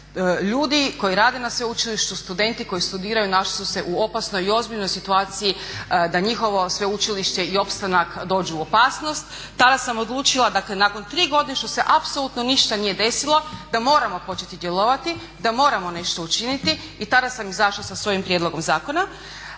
Ljudi koji rade na sveučilištu, studenti koji studiraju našli su se u opasnoj i ozbiljnoj situaciji da njihovo sveučilište i opstanak dođu u opasnost. Tada sam odlučila, dakle nakon tri godine što se apsolutno ništa nije desilo da moramo početi djelovati, da moramo nešto učiniti i tada sam izašla sa svojim prijedlogom zakona.